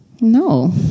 No